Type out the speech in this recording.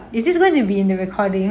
is this going to be in the recording